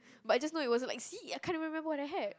but I just know it wasn't like see I can't even remember what I had